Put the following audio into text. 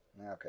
Okay